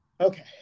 Okay